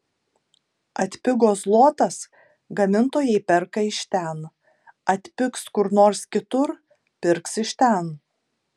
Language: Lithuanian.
atpigo zlotas gamintojai perka iš ten atpigs kur nors kitur pirks iš ten